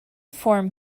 form